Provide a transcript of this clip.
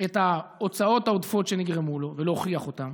את ההוצאות העודפות שנגרמו לו ולהוכיח אותן,